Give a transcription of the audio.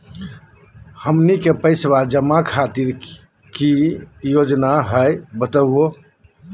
हमनी के पैसवा जमा खातीर की की योजना हई बतहु हो?